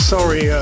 Sorry